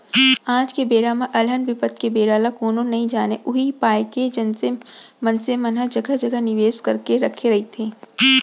आज के बेरा म अलहन बिपत के बेरा ल कोनो नइ जानय उही पाय के मनसे मन ह जघा जघा निवेस करके रखे रहिथे